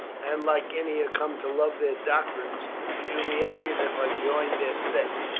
and like ennia come to love their doctrines, would you be angered if i joined their sect?